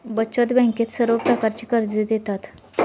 बचत बँकेत सर्व प्रकारची कर्जे देतात